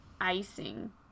icing